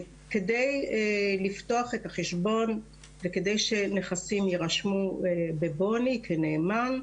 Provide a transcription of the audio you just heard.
כדי לפתוח את החשבון וכדי שנכסים יירשמו ב-BONY כנאמן,